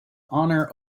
honor